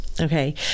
okay